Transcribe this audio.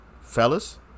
Fellas